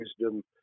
wisdom